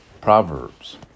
Proverbs